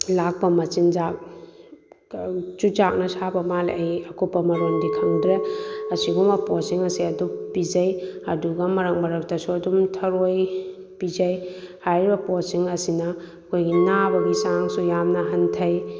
ꯂꯥꯛꯄ ꯃꯆꯤꯟꯖꯥꯛ ꯆꯨꯖꯥꯛꯅ ꯁꯥꯕ ꯃꯂꯦ ꯑꯩ ꯑꯀꯨꯞꯄ ꯃꯔꯣꯟꯗꯤ ꯈꯪꯗ꯭ꯔꯦ ꯑꯁꯤꯒꯨꯝꯕ ꯄꯣꯠꯁꯤꯡ ꯑꯁꯦ ꯑꯗꯨꯝ ꯄꯤꯖꯩ ꯑꯗꯨꯒ ꯃꯔꯛ ꯃꯔꯛꯇꯁꯨ ꯑꯗꯨꯝ ꯊꯔꯣꯏ ꯄꯤꯖꯩ ꯍꯥꯏꯔꯤꯕ ꯄꯣꯠꯁꯤꯡ ꯑꯁꯤꯅ ꯑꯩꯈꯣꯏꯒꯤ ꯅꯥꯕꯒꯤ ꯆꯥꯡꯁꯨ ꯌꯥꯝꯅ ꯍꯟꯊꯩ